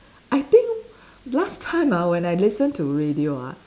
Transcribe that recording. I think last time ah when I listen to radio ah